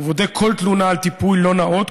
ובודק כל תלונה על טיפול לא נאות,